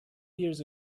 years